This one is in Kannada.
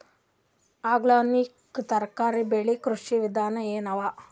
ಆರ್ಗ್ಯಾನಿಕ್ ತರಕಾರಿ ಬೆಳಿ ಕೃಷಿ ವಿಧಾನ ಎನವ?